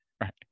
right